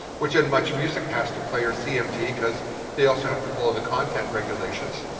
which then much music has to play or cmt cause they also have to follow the content regulations.